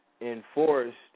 enforced